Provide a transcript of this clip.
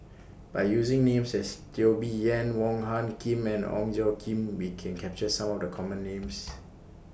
By using Names such as Teo Bee Yen Wong Hung Khim and Ong Tjoe Kim We Can capture Some of The Common Names